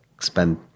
spend